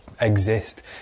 exist